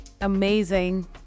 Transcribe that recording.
amazing